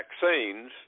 vaccines